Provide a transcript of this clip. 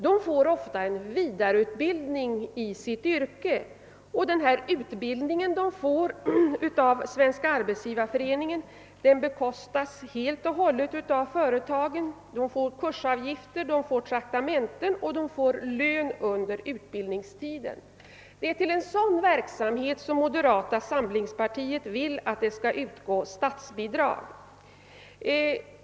De får ofta en vidareutbildning i sitt yrke, och den utbildning de får av Svenska arbetsgivareföreningen bekostas helt och hållet av företagen. De får kursavgiften betald, de får traktamenten och de får lön under utbildningstiden. — Det är till en sådan verksamhet som moderata samlingspartiet vill att det skall utgå statsbidrag.